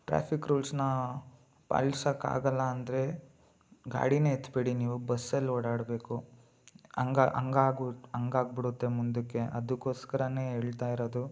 traffic ರೂಲ್ಸ್ನ ಪಾಲಿಸಕ್ಕಾಗಲ್ಲ ಅಂದರೆ ಗಾಡಿನೇ ಎತ್ತಬೇಡಿ ನೀವು ಬಸ್ಸಲ್ಲಿ ಓಡಾಡಬೇಕು ಹಂಗ ಹಂಗಾಗು ಹಂಗಾಗ್ಬುಡುತ್ತೆ ಮುಂದಕ್ಕೆ ಅದಕ್ಕೋಸ್ಕರನೇ ಹೇಳ್ತಾಯಿರೋದು